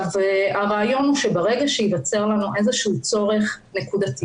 הרעיון הוא שברגע שייווצר לנו איזשהו צורך נקודתי